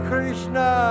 Krishna